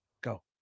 Go